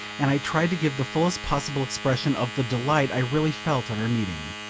and i tried to give the fullest possible expression of the delight i really felt at our meeting.